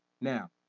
Now